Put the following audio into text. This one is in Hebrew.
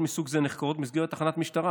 עבירות מסוג זה נחקרות במסגרת תחנת משטרה.